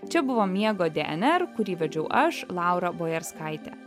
čia buvo miego dnr kurį vedžiau aš laura bojarskaitė